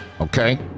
Okay